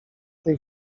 tej